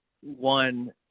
one